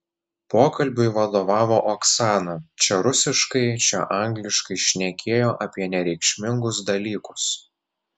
pokalbiui vadovavo oksana čia rusiškai čia angliškai šnekėjo apie nereikšmingus dalykus